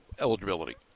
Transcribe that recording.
eligibility